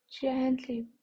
gently